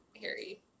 Harry